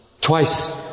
Twice